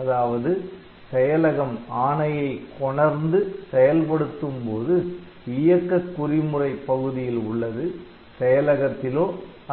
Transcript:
அதாவது செயலகம் ஆணையைக் கொணர்ந்து செயல்படுத்தும்போது இயக்க குறிமுறை பகுதியில் உள்ளது செயலகத்திலோ